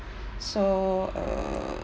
so err